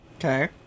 Okay